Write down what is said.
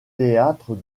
théâtre